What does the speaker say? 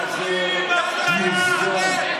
מאחר שהצעת החוק הזאת מוזגה,